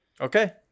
Okay